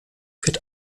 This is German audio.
wird